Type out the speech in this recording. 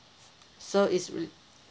so it's re~